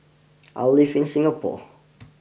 I live in Singapore